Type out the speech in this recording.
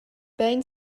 bein